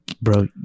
bro